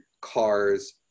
cars